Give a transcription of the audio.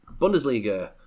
Bundesliga